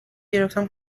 گرفتم